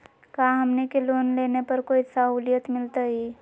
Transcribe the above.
का हमनी के लोन लेने पर कोई साहुलियत मिलतइ?